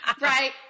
Right